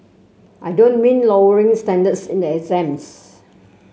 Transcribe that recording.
I don't mean lowering standards in the exams